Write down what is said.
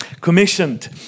Commissioned